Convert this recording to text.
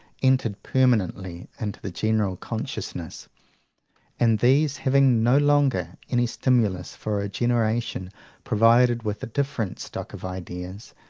entered permanently into the general consciousness and, these having no longer any stimulus for a generation provided with a different stock of ideas,